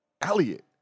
Elliot